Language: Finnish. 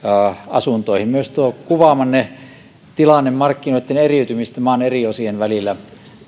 asuntoihin myös tuo kuvaamanne tilanne markkinoitten eriytymisestä maan eri osien välillä